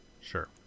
Sure